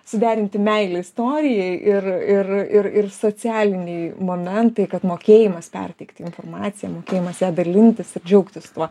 suderinti meilę istorijai ir ir ir socialiniai momentai kad mokėjimas perteikti informaciją mokėjimas ja dalintis ir džiaugtis tuo